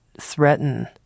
threaten